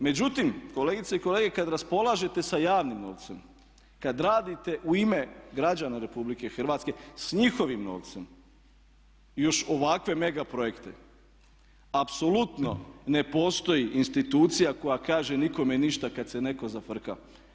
Međutim, kolegice kolege kada raspolažete sa javnim novcem, kada radite u ime građana Republike Hrvatske, sa njihovim novcem i još ovakve mega projekte apsolutno ne postoji institucija koja kaže nikome ništa kada se netko zafrka.